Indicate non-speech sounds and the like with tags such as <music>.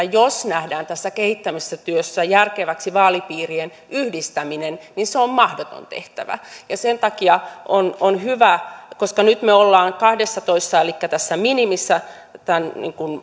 <unintelligible> jos nähdään tässä kehittämistyössä järkeväksi vaalipiirien yhdistäminen se on mahdoton tehtävä sen takia ehdotus on hyvä koska nyt me olemme kahdessatoista elikkä tässä minimissä tämän